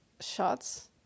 shots